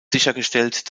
sichergestellt